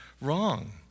wrong